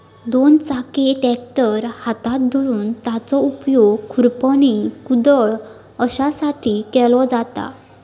दोन चाकी ट्रॅक्टर हातात धरून त्याचो उपयोग खुरपणी, कुदळ अश्यासाठी केलो जाता